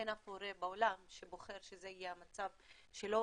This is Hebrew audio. אין אף הורה בעולם שבוחר שזה יהיה המצב שלו,